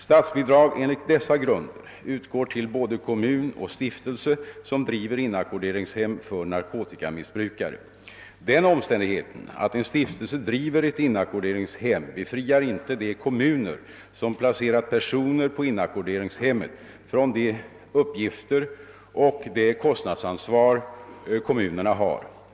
Statsbidrag enligt dessa grunder utgår till både kommun och stiftelse som driver inackorderingshem för nar Den omständigheten att en stiftelse driver ett inackorderingshem befriar inte de kommuner som placerat personer på inackorderingshemmet från de uppgifter och det kostnadsansvar kommunerna har.